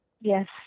Yes